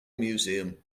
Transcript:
museum